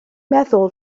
meddwl